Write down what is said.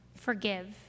forgive